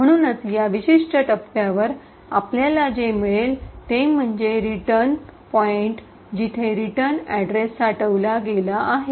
म्हणूनच या विशिष्ट टप्प्यावर आपल्याला जे मिळेल ते म्हणजे रिटर्न पॉईंट जिथे रिटर्न अॅड्रेस साठवला गेला आहे